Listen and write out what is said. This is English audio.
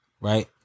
Right